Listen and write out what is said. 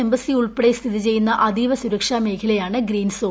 embassy ഉൾപ്പെടെ സ്ഥിതി ചെയ്യുന്ന അതീവ സുരക്ഷാ മേഖലയാണ് ഗ്രീൻ സോൺ